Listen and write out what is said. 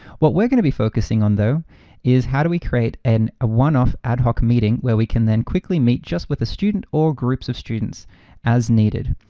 what we're gonna be focusing on though is how do we create an ah one-off, ad hoc meeting where we can then quickly meet just with the student or groups of students as needed.